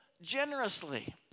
generously